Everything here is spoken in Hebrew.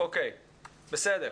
בסדר,